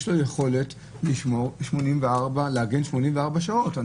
יש לו יכולת להגן 84 שעות.